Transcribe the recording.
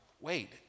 wait